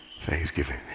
Thanksgiving